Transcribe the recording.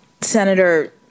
Senator